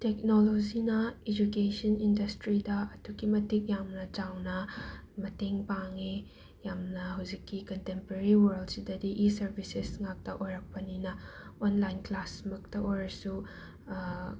ꯇꯦꯛꯅꯣꯂꯣꯖꯤꯅ ꯏꯖꯨꯀꯦꯁꯟ ꯏꯟꯗꯁꯇ꯭ꯔꯤꯗ ꯑꯗꯨꯛꯀꯤ ꯃꯇꯤꯛ ꯌꯥꯝꯅ ꯆꯥꯎꯅ ꯃꯇꯦꯡ ꯄꯥꯡꯉꯦ ꯌꯥꯝꯅ ꯍꯧꯖꯤꯛꯀꯤ ꯀꯟꯇꯦꯝꯄꯔꯔꯤ ꯋꯔꯜꯁꯤꯗꯗꯤ ꯏ ꯁꯔꯕꯤꯁꯦꯁ ꯉꯥꯛꯇ ꯑꯣꯏꯔꯛꯄꯅꯤꯅ ꯑꯣꯟꯂꯥꯏꯟ ꯀ꯭ꯂꯥꯁꯃꯛꯇ ꯑꯣꯏꯔꯁꯨ